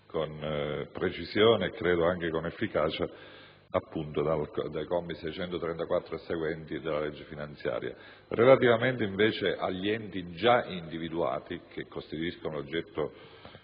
con precisione e - credo - anche con efficacia, appunto, dai commi 634 e seguenti dell'articolo 2 della legge finanziaria per il 2008. Relativamente invece agli enti già individuati, che costituiscono oggetto